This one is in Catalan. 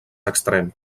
extrem